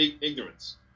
ignorance